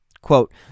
Quote